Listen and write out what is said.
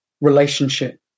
relationship